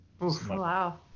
Wow